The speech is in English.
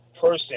person